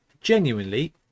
genuinely